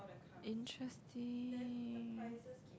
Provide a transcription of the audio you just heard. interesting